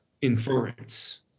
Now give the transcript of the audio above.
inference